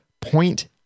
point